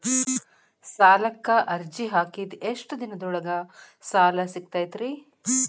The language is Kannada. ಸಾಲಕ್ಕ ಅರ್ಜಿ ಹಾಕಿದ್ ಎಷ್ಟ ದಿನದೊಳಗ ಸಾಲ ಸಿಗತೈತ್ರಿ?